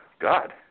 God